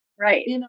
Right